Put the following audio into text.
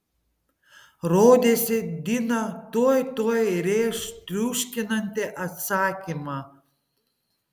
rodėsi dina tuoj tuoj rėš triuškinantį atsakymą